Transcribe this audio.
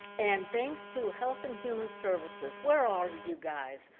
and thanks to health and human services, where are you guys,